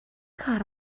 کار